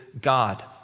God